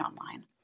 online